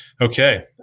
Okay